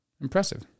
Impressive